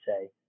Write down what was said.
say